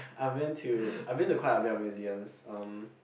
I have been to I've been to quite a bit of museums um